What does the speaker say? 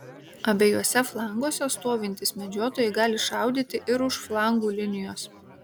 abiejuose flanguose stovintys medžiotojai gali šaudyti ir už flangų linijos